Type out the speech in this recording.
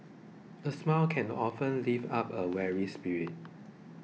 a smile can often lift up a weary spirit